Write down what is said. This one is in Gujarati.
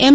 એમ